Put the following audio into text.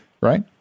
right